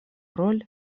роль